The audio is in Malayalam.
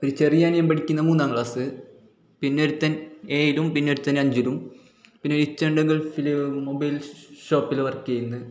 ഒരു ചെറിയ അനിയൻ പഠിക്കുന്ന മൂന്നാം ക്ളാസ്സ് പിന്നെ ഒരുത്തൻ ഏഴിയിലും പിന്നൊരുത്തൻ അഞ്ചിലും പിന്നെ ഇച്ഛ ഉണ്ട് ഗൾഫിൽ മൊബൈൽ ഷോപ്പില് വർക്ക് ചെയ്യുന്നു